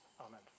Amen